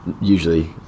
usually